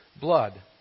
blood